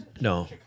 No